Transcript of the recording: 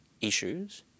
issues